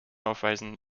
aufweisen